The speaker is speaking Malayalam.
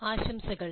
ആശംസകൾ